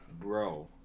bro